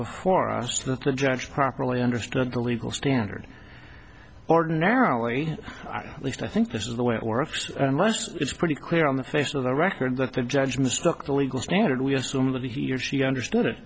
before us to the judge properly understood the legal standard ordinarily i least i think this is the way it works unless it's pretty clear on the face of the record that the judge mistook the legal standard we assume that he or she understood it